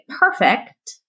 perfect